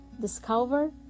discover